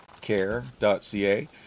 care.ca